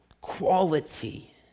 quality